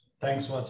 Thanks